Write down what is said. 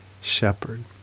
shepherd